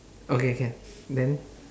okay can then